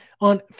on